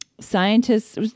Scientists